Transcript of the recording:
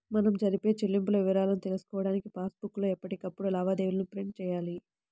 మనం జరిపే చెల్లింపుల వివరాలను తెలుసుకోడానికి పాస్ బుక్ లో ఎప్పటికప్పుడు లావాదేవీలను ప్రింట్ చేయించాలి